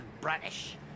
British